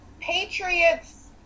Patriots